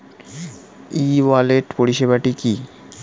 ই wallet পরিষেবাটি কি?